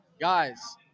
Guys